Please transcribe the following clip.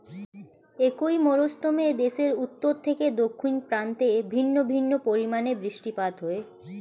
একই মরশুমে দেশের উত্তর থেকে দক্ষিণ প্রান্তে ভিন্ন ভিন্ন পরিমাণে বৃষ্টিপাত হয়